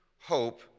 hope